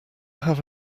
have